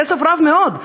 כסף רב מאוד,